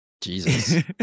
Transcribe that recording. Jesus